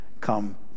come